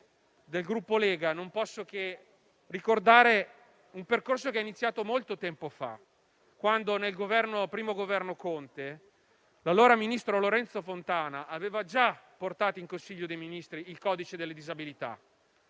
non posso però che ricordare un percorso iniziato molto tempo fa, quando nel Governo Conte I, l'allora ministro Lorenzo Fontana, aveva già portato in Consiglio dei ministri il codice delle disabilità.